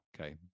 Okay